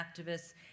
activists